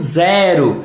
zero